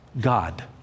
God